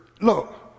Look